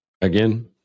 Again